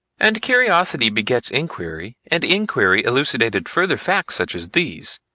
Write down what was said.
and curiosity begets inquiry, and inquiry elucidated further facts such as these,